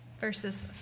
verses